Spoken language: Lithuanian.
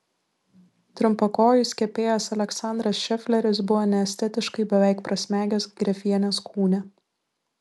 trumpakojis kepėjas aleksandras šefleris buvo neestetiškai beveik prasmegęs grefienės kūne